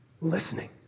listening